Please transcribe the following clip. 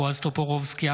בועז טופורובסקי,